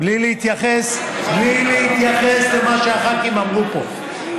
בלי להתייחס למה שהח"כים אמרו פה.